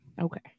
Okay